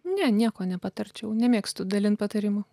ne nieko nepatarčiau nemėgstu dalint patarimų